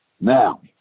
now